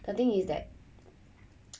the thing is that